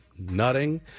nutting